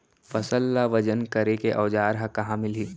फसल ला वजन करे के औज़ार हा कहाँ मिलही?